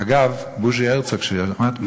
אגב, בוז'י הרצוג, כשעמד פה